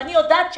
ואני יודעת שלא.